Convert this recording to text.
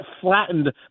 flattened